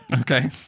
Okay